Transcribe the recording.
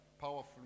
powerful